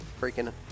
freaking